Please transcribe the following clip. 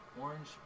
orange